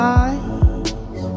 eyes